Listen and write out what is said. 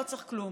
לא צריך כלום.